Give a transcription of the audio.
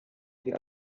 sie